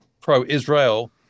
pro-Israel